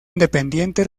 independiente